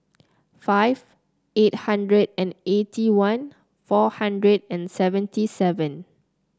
five eight hundred and eighty one four hundred and seventy seven